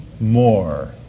more